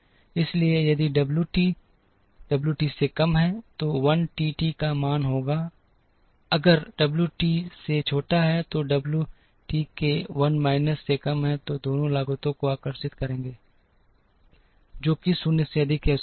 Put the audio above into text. इसलिए यदि W T W T से कम है तो 1 टी टी का मान होगा अगर डब्ल्यू टी से छोटा है तो डब्ल्यू टी के १ माइनस से कम है दोनों लागतों को आकर्षित करेंगे जो कि ० से अधिक या उसके बराबर हैं